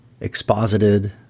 exposited